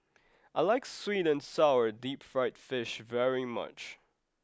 I like Sweet and Sour Deep Fried Fish very much